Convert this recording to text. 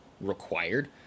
required